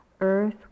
earth